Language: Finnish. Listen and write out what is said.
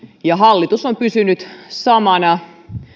hallitus on pysynyt samana